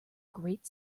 great